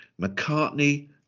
McCartney